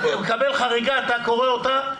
אתה מקבל חריגה, אתה קורא אותה?